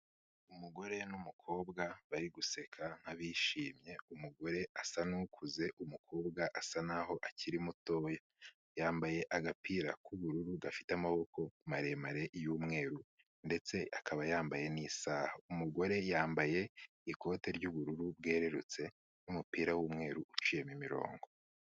Umugore n'umukobwa bari guseka nk'abishimye, umugore asa n'ukuze, umukobwa asa n'aho akiri muto we, yambaye agapira k'ubururu gafite amaboko maremare y'umweru ndetse akaba yambaye n'isaha. Umugore yambaye ikote ry'ubururu bwererutse n'umupira w'umweru uciyemo imirongo.